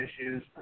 issues